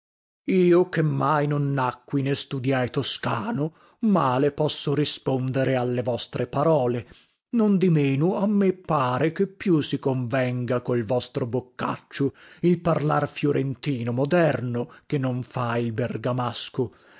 io che mai non nacqui né studiai toscano male posso rispondere alle vostre parole nondimeno a me pare che più si convenga col vostro boccaccio il parlar fiorentino moderno che non fa il bergamasco